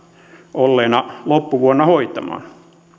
olleena loppuvuonna hoitamaan